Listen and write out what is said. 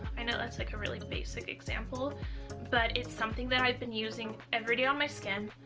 i know that's like a really basic example but it's something that i've been using every day on my skin,